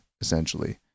essentially